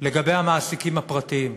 לגבי המעסיקים הפרטיים.